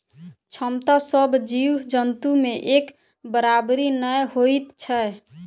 क्षमता सभ जीव जन्तु मे एक बराबरि नै होइत छै